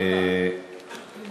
הפתעה גדולה.